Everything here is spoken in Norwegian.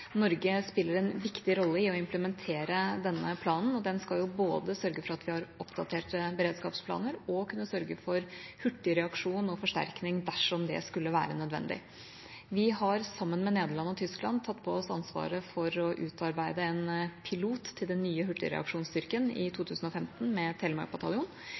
Norge spiller en viktig rolle i å implementere denne planen, og den skal sørge for både at vi har oppdaterte beredskapsplaner, og at vi kan sørge for hurtig reaksjon og forsterkninger dersom det skulle være nødvendig. Vi har sammen med Nederland og Tyskland tatt på oss ansvaret for å utarbeide en pilot til den nye hurtigreaksjonsstyrken i 2015 med